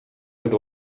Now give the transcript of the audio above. with